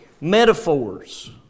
metaphors